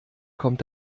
kommt